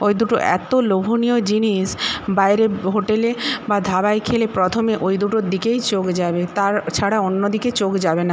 ওই দুটো এতো লোভনীয় জিনিস বাইরে হোটেলে বা ধাবায় খেলে প্রথমে ওই দুটোর দিকেই চোখ যাবে তার ছাড়া অন্য দিকে চোখ যাবে না